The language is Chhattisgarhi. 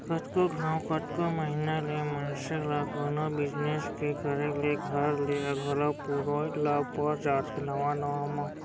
कतको घांव, कतको महिना ले मनसे ल कोनो बिजनेस के करे ले घर ले घलौ पुरोय ल पर जाथे नवा नवा म